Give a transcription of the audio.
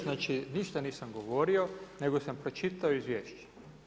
Znači ništa nisam govorio, nego sam pročitao Izvješće.